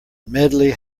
medley